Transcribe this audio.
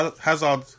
Hazard